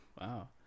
wow